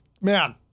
man